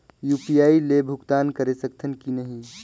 UPI ले भुगतान करे सकथन कि नहीं?